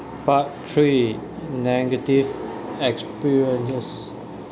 part three negative experiences